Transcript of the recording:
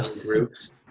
groups